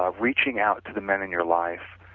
ah reaching out to the men in your life,